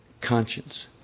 conscience